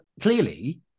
clearly